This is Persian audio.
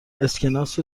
اسکناس